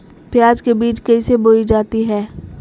प्याज के बीज कैसे बोई जाती हैं?